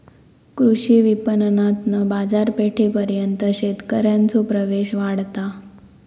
कृषी विपणणातना बाजारपेठेपर्यंत शेतकऱ्यांचो प्रवेश वाढता